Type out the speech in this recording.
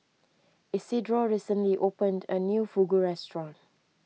Isidro recently opened a new Fugu restaurant